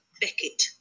Beckett